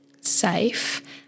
safe